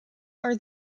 are